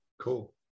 Cool